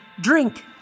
Drink